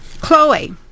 Chloe